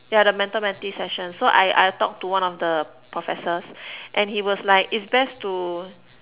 yeah the mentor mentee session so I I talked to one of the professors and he was like it's best to